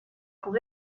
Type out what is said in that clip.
pour